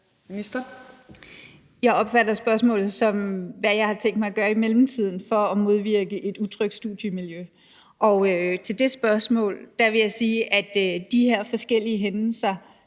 Mogensen): Jeg opfatter spørgsmålet som, hvad jeg har tænkt mig at gøre i mellemtiden for at modvirke et utrygt studiemiljø. Og til det spørgsmål vil jeg sige, at de her forskellige hændelser,